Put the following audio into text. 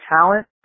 talent